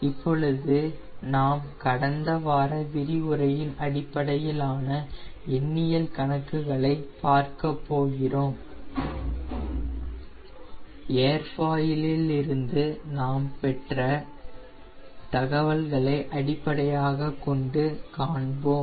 இப்பொழுது நாம் கடந்த வார விரிவுரையின் அடிப்படையிலான எண்ணியல் கணக்குகளை பார்க்கப்போகிறோம் ஏர்ஃபாயில் இல் இருந்து நாம் பெற்ற தகவல்களை அடிப்படையாகக் கொண்டு காண்போம்